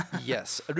Yes